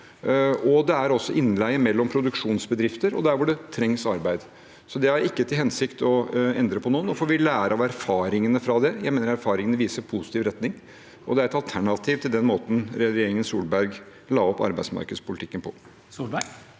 det er også innleie mellom produksjonsbedrifter og der hvor det trengs arbeid. Det har jeg ikke til hensikt å endre på nå. Nå får vi lære av erfaringene fra det. Jeg mener erfaringene viser en positiv retning, og det er et alternativ til den måten regjeringen Solberg la opp arbeidsmarkedspolitikken på.